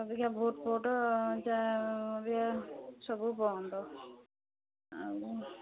ଅବିକା ଭୋଟ ଫୋଟ ଅବିକା ସବୁ ବନ୍ଦ ଆଉ କ'ଣ